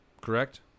correct